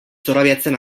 zorabiatzen